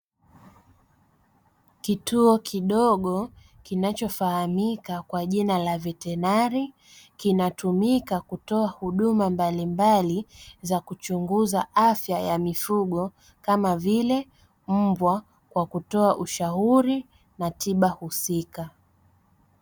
Kituo kidogo kinachofahamika kwa jina la "Vetenari" kinatumika kutoa huduma mbalimbali za kuchunguza afya ya mifugo kama vile mbwa kwa kutoa ushauri na tiba husika.